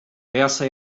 esta